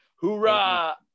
Hoorah